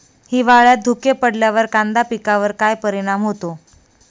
हिवाळ्यात धुके पडल्यावर कांदा पिकावर काय परिणाम होतो?